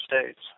States